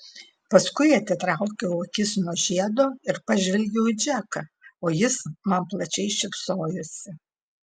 paskui atitraukiau akis nuo žiedo ir pažvelgiau į džeką o jis man plačiai šypsojosi